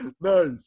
Nice